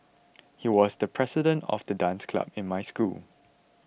he was the president of the dance club in my school